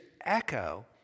echo